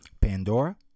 Pandora